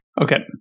Okay